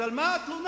אז על מה התלונה?